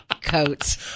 coats